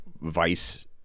Vice